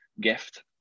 gift